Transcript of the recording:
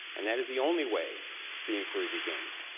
and that is the only way the inquiry begins.